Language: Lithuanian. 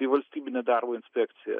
į valstybinę darbo inspekciją